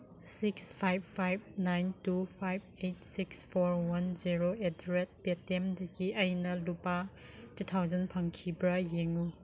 six five five nine two five eight six four one zero at the rate ꯄꯦ ꯇꯤ ꯑꯦꯝꯗꯒꯤ ꯑꯩꯅ ꯂꯨꯄꯥ ꯇꯨ ꯊꯥꯎꯖꯟ ꯐꯪꯈꯤꯕ꯭ꯔꯥ ꯌꯦꯡꯉꯨ